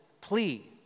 plea